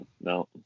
no